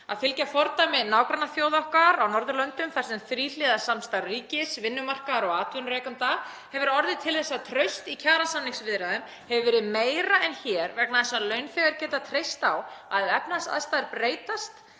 Að fylgja fordæmi nágrannaþjóða okkar á Norðurlöndum þar sem þríhliða samstarf ríkis, vinnumarkaðar og atvinnurekanda hefur orðið til þess að traust í kjarasamningsviðræðum hefur verið meira en hér vegna þess að launþegar geta treyst á að ef efnahagsaðstæður breytast